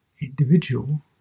individual